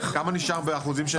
כמה נשאר באחוזים?